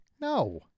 No